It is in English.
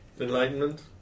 Enlightenment